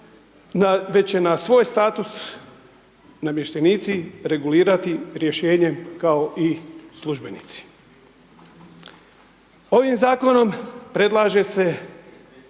već će na svoj status namještenici regulirati rješenjem kao i službenici. Ovim zakonom, predlaže se,